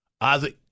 Isaac